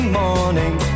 morning